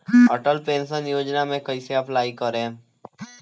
Atal pension योजना मे कैसे अप्लाई करेम?